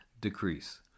decrease